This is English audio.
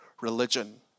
religion